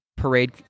parade